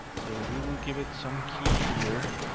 so we will give it some key here.